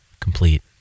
Complete